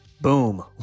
Boom